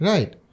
Right